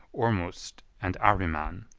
ormusd and ahriman,